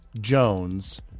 Jones